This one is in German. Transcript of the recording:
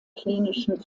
klinischen